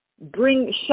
bring